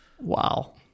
Wow